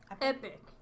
Epic